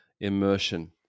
immersion